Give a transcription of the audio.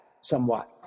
somewhat